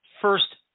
first